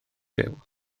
byw